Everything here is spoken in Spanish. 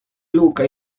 lucca